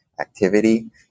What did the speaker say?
activity